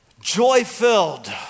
joy-filled